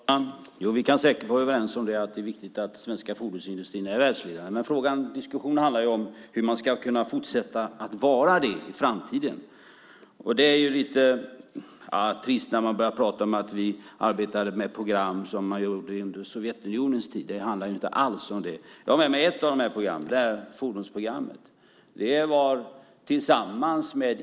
Fru talman! Ja, vi kan säkert vara överens om att det är viktigt att den svenska fordonsindustrin är världsledande, men diskussionen nu handlar om hur den ska kunna fortsätta att vara det i framtiden. Det är lite trist att ministern börjar prata om att vi arbetar med program som man gjorde i det tidigare Sovjetunionen. Det handlar inte alls om det. Jag har med mig i kammaren ett av programmen, nämligen fordonsprogrammet.